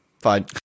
fine